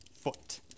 foot